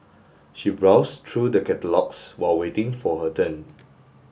she browsed through the catalogues while waiting for her turn